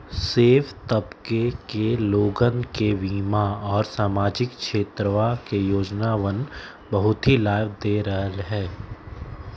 सब तबके के लोगन के बीमा और सामाजिक क्षेत्रवा के योजनावन बहुत ही लाभ दे रहले है